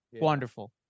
Wonderful